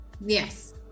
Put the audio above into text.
Yes